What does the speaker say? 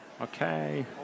okay